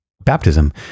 baptism